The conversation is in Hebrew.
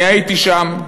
אני הייתי שם.